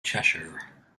cheshire